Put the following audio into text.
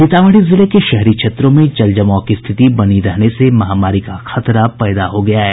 सीतामढ़ी जिले के शहरी क्षेत्रों में जल जमाव की स्थिति बनी रहने से महामारी का खतरा पैदा हो गया है